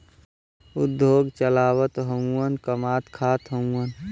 उद्योग चलावत हउवन कमात खात हउवन